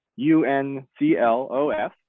UNCLOS